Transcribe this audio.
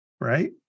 Right